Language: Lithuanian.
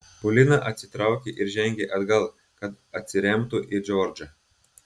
polina atsitraukė ir žengė atgal kad atsiremtų į džordžą